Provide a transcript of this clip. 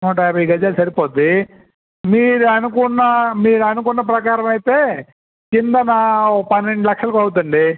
నూట యాభై గజాలు సరిపోతుంది మీరు అనుకున్న మీరు అనుకున్న ప్రకారం అయితే క్రిందన ఒక పన్నెండు లక్షలకు అవుతుందండీ